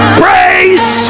praise